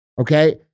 okay